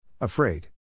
Afraid